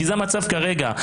כי זה המצב כרגע,